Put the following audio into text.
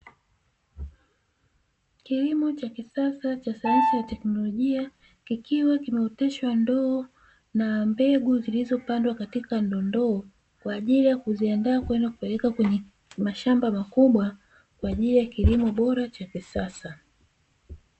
Kilimo cha kisasa cha sayansi na teknolojia kikiwa kimeoteshwa ndoo na mbegu, zilizopandwa katika ndondoo kwa ajili ya kuziandaa kwenda kupeleka kwenye mashamba makubwa kwa ajili ya kilimo bora cha kisasa.